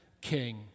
king